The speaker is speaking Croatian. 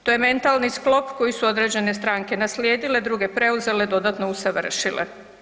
To je mentalni sklop koji su određene stranke naslijedile, druge preuzele, dodatno usavršile.